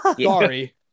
Sorry